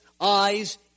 eyes